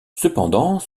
cependant